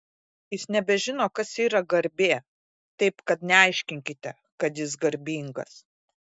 jis nebežino kas yra garbė taip kad neaiškinkite kad jis garbingas